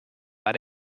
war